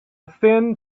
thin